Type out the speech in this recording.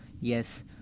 yes